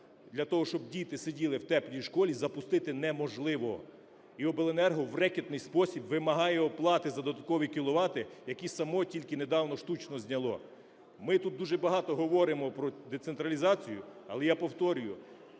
для того, щоб діти сиділи в теплій школі, запустити неможливо, і обленерго в рекетний спосіб вимагає оплати за додаткові кіловати, які само тільки недавно штучно зняло. Ми тут дуже багато говоримо про децентралізацію, але я повторюю,